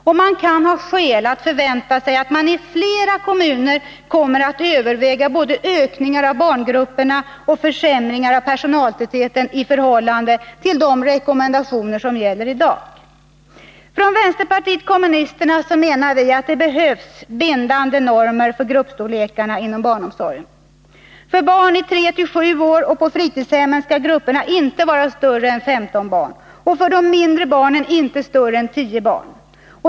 Och man kan ha skäl att vänta sig att det i åtskilliga kommuner kommer att övervägas både ökningar av barngrupperna och försämringar av personaltätheten i förhållande till de rekommendationer som gäller i dag. Vi från vänsterpartiet kommunisterna menar att det behövs bindande normer för gruppstorlekarna inom barnomsorgen. För barn mellan 3 och 7 år och på fritidshemmen skall grupperna inte vara större än 15 barn, och för de mindre barnen inte större än 10 barn.